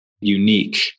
unique